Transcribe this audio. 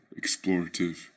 explorative